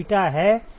Cos θ1 क्या है